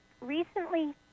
recently